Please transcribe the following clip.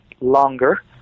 longer